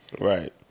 right